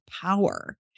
power